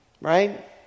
right